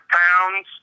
pounds